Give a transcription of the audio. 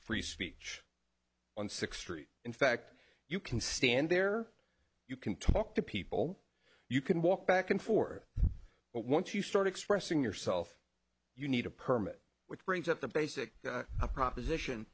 free speech on six treat in fact you can stand there you can talk to people you can walk back and forth but once you start expressing yourself you need a permit which brings up the basic proposition